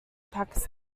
pakistan